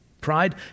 Pride